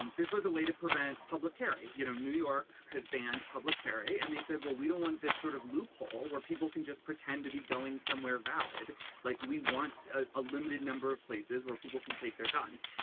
and this was a way to prevent public carry. you know new york has banned public carry and they said well we don't want this sort of loophole where people can just pretend to be going somewhere valid like we want a limited number of places where people can take their guns.